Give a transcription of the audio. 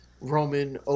Roman